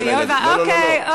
אוקיי.